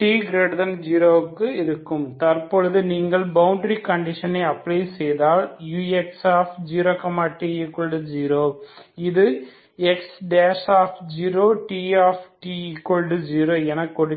t0 க்கு இருக்கும் தற்போது நீங்கள் பவுண்டரி கண்டிஷனை அப்ளை செய்தால் ux0t0 இது X0Tt0 எனக் கொடுக்கிறது